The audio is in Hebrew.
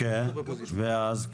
ואז?